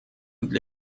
для